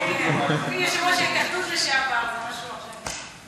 כן, הוא יושב-ראש ההתאחדות לשעבר, זה משהו אחר.